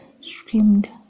screamed